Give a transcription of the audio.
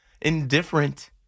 indifferent